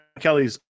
Kelly's